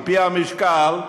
על-פי המשקל: